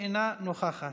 אינה נוכחת.